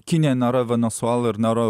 kinija nėra venesuela ir nėra